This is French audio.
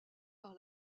par